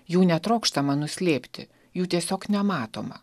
jų netrokštama nuslėpti jų tiesiog nematoma